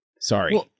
Sorry